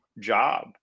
job